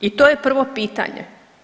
I to je prvo pitanje.